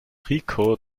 rico